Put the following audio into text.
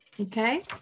Okay